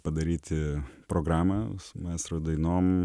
padaryti programą su maestro dainom